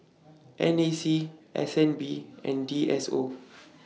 N A C S N B and D S O